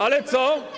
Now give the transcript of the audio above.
Ale co?